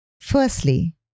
Firstly